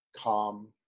calm